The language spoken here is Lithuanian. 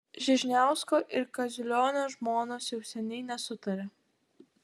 žižniausko ir kaziulionio žmonos jau seniai nesutaria